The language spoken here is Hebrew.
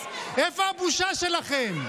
אתם מתעמרים בהם.